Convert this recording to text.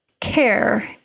care